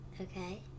Okay